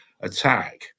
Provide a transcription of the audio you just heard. attack